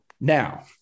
Now